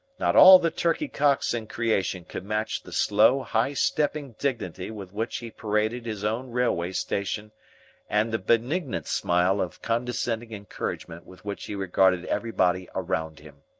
not all the turkey-cocks in creation could match the slow, high-stepping dignity with which he paraded his own railway station and the benignant smile of condescending encouragement with which he regarded everybody around him.